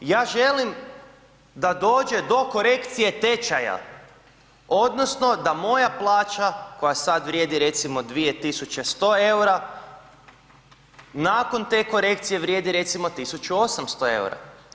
Ja želim da dođe do korekcije tečaja odnosno da moja plaća, koja sad vrijedi recimo 2.100 eura nakon te korekcije vrijedi recimo 1.800 eura.